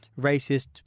racist